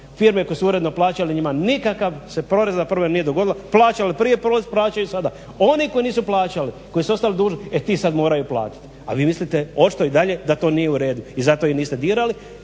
Firme koje su uredno plaćali njima nikakav se porez zapravo nije dogodio, plaćaju prije porez, plaćaju i sada. Oni koji nisu plaćali, koji su ostali dužni e ti sad moraju platiti. A vi mislite očito i dalje da to nije u redu. I zato ih niste dirali